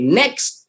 next